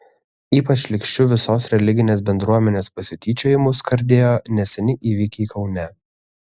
ypač šlykščiu visos religinės bendruomenės pasityčiojimu skardėjo neseni įvykiai kaune